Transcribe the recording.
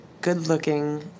good-looking